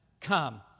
come